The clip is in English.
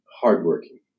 hardworking